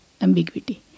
ambiguity